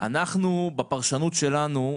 בפרשנות שלנו,